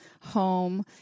home